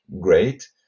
great